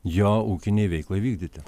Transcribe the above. jo ūkinei veiklai vykdyti